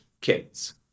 kids